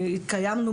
התקיימנו,